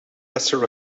lesser